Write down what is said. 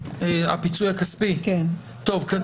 ואז